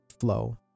flow